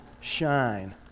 shine